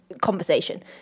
conversation